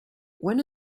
when